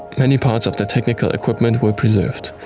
many parts of the technical equipment were preserved,